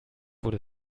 wurde